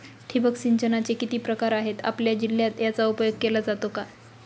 ठिबक सिंचनाचे किती प्रकार आहेत? आपल्या जिल्ह्यात याचा उपयोग केला जातो का?